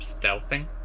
stealthing